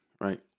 Right